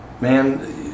Man